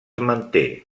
manté